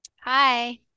Hi